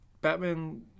Batman